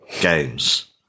games